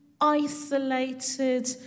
isolated